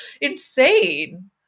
Insane